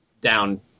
down